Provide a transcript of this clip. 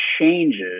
changes